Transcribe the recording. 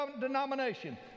denomination